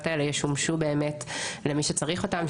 האלה ישמשו את מי שבאמת צריך אותם,